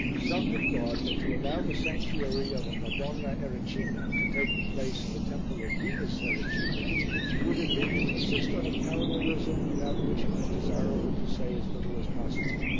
some have thought that to allow the sanctuary of a madonna ericina to take the place of the temple of venus erycina would have been to insist on a parallelism about which it was desirable to say as little as possible.